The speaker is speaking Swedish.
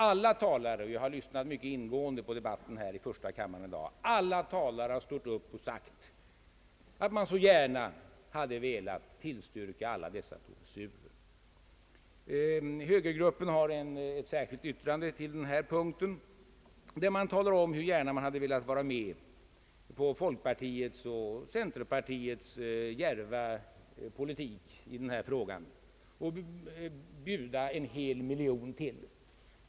Alla talare — jag har mycket ingående följt debatten här i första kammaren i dag — har stått upp och sagt att de så gärna hade velat tillstyrka alla dessa professurer. Högergruppen har avgivit ett särskilt yttrande på denna punkt, där det talas om att man gärna hade velat vara med på folkpartiets och centerpartiets djärva politik i denna fråga och bjuda en hel miljon till.